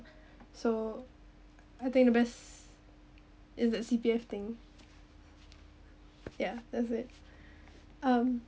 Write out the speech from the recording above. so I think the best is the C_P_F thing yeah that's it um